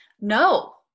no